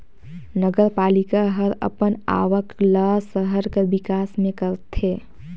नगरपालिका हर अपन आवक ल सहर कर बिकास में करथे